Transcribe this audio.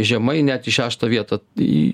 žemai net į šeštą vietą